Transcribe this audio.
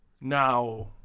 Now